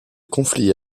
conflits